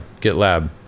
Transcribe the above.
GitLab